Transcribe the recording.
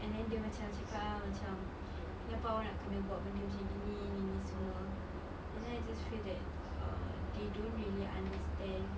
and then dia macam cakap ah macam kenapa awak nak kena buat benda macam gini ni semua then I just feel that err they don't really understand